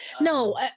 No